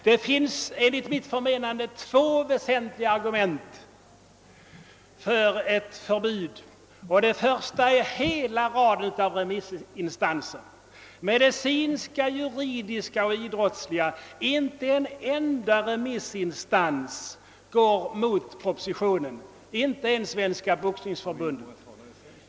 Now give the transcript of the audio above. Det finns enligt mitt förmenande två väsentliga argument för ett förbud. Det första är hela raden av remissinstanser: medicinska, juridiska och idrottsliga. Inte en enda remissinstans går emot propositionen, inte ens Svenska boxningsförbundet.